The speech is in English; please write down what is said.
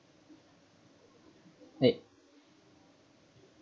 nick